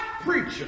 preacher